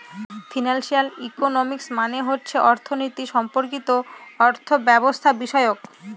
financial economics মানে হচ্ছে অর্থনীতি সম্পর্কিত অর্থব্যবস্থাবিষয়ক